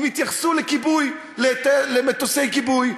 אם התייחסו למטוסי כיבוי.